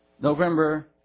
November